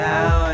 Now